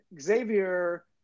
Xavier